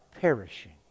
perishing